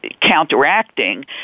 counteracting